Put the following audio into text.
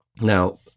Now